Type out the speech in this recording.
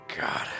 God